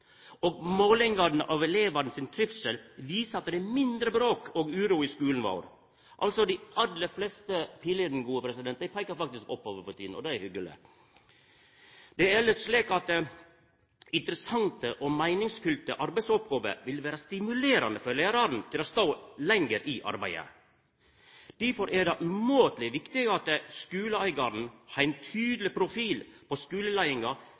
Og målingane av elevane sin trivsel viser at det er mindre bråk og uro i skulen vår. Altså: Dei aller fleste pilene peikar faktisk oppover for tida, og det er hyggeleg. Det er elles slik at interessante og meiningsfylte arbeidsoppgåver vil stimulera lærarane til å stå lenger i arbeidet. Difor er det umåteleg viktig at skuleeigaren har ein tydeleg profil på skuleleiinga